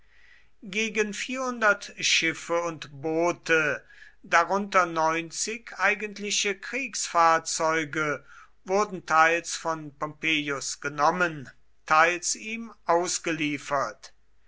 gegen schiffe und boote darunter eigentliche kriegsfahrzeuge wurden teils von pompeius genommen teils ihm ausgeliefert